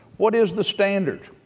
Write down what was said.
what is the standard?